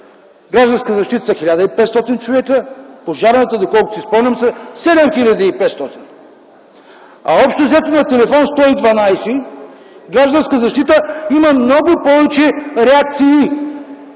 „Гражданска защита” са 1500 човека, в Пожарната, доколкото си спомням, са 7500. Общо взето, на телефон 112 „Гражданска защита” има много повече реакции,